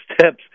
steps